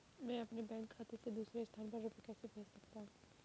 मैं अपने बैंक खाते से दूसरे स्थान पर रुपए कैसे भेज सकता हूँ?